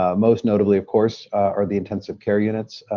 ah most notably, of course, are the intensive care units.